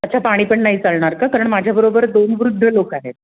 अच्छा पाणी पण नाही चालणार का कारण माझ्याबरोबर दोन वृद्ध लोक आहेत